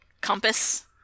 compass